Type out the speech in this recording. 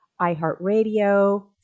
iHeartRadio